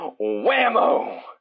whammo